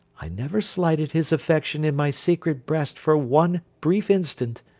i never slighted his affection in my secret breast for one brief instant.